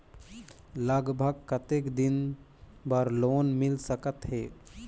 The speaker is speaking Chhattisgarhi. लगभग कतेक दिन बार लोन मिल सकत हे?